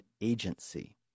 agency